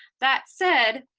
that said,